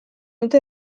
dute